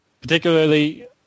particularly